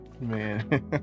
man